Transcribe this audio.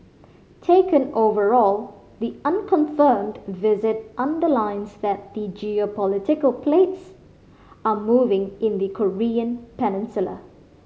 taken overall the unconfirmed visit underlines that the geopolitical plates are moving in the Korean Peninsula